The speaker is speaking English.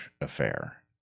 affair